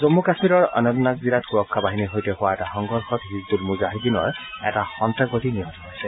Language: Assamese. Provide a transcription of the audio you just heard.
জন্ম কাশ্মীৰৰ অনন্তনাগ জিলাত সুৰক্ষা বাহিনীৰ সৈতে হোৱা এটা সংঘৰ্ষত হিজবুল মুজাহীদিনৰ এটা সন্ত্ৰাসবাদী নিহত হৈছে